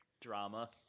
drama